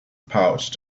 pouch